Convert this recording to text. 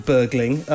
Burgling